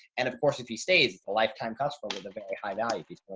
and of course if he stays a lifetime customer with a very high value piece.